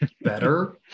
better